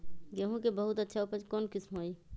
गेंहू के बहुत अच्छा उपज कौन किस्म होई?